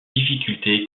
difficultés